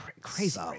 crazy